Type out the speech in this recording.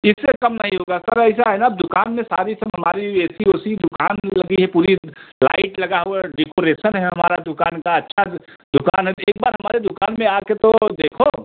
इसे कम नहीं होगा सर ऐसा है ना दुकान में सारी से हमारी ए सी उसी दुकान में लगी है पूरी लाइट लगा हुआ है और डेकारेसन है हमारी दुकान का अच्छा द दुकान है तो एक बार हमारे दुकान में आ कर तो देखो